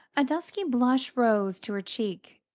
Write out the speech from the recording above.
a dusky blush rose to her cheek,